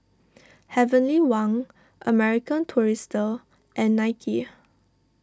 Heavenly Wang American Tourister and Nike